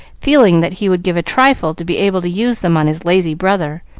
feeling that he would give a trifle to be able to use them on his lazy brother.